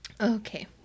okay